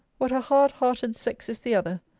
what a hard-hearted sex is the other!